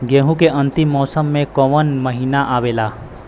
गेहूँ के अंतिम मौसम में कऊन महिना आवेला?